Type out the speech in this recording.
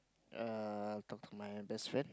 err talk to my best friend